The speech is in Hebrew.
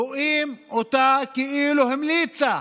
רואים אותה כאילו המליצה